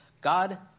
God